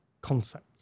concept